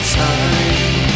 time